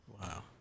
wow